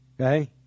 Okay